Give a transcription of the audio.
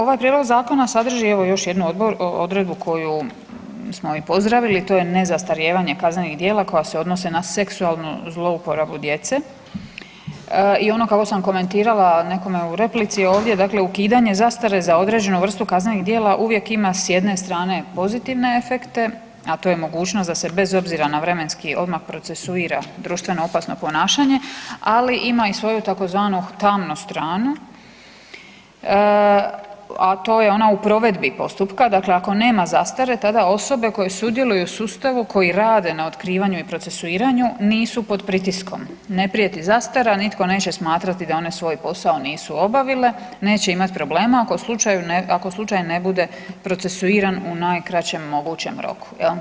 Ovaj prijedlog zakona sadrži evo još jednu odredbu koju smo i pozdravili, to je nezastarijevanje kaznenih djela koja se odnose na seksualnu zlouporabu djece i ono kako sam komentirala nekome u replici ovdje, dakle ukidanje zastare za određenu vrstu kaznenih djela uvijek ima s jedne strane pozitivne efekte, a to je mogućnost da se, bez obzira na vremenski odmak procesuira društveno opasno ponašanje, ali ima svoju tzv. tamnu stranu, a to je ono u provedbi postupka, dakle ako nema zastare, tada osobe koje sudjeluju u sustavu, koji rade na otkrivanju i procesuiranju nisu pod pritiskom, ne prijeti zastara, nitko neće smatrati da one svoj posao nisu obavile, neće imati problema ako slučajno ne bude procesuiran u najkraćem mogućem roku.